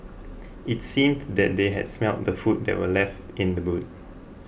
it seemed that they had smelt the food that were left in the boot